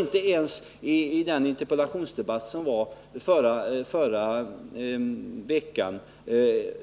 Inte ens i interpellationsdebatten här i förra veckan